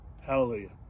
Hallelujah